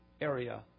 area